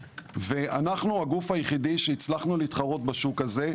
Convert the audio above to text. ואנחנו הגוף היחידי שהצלחנו להתחרות בשוק הזה,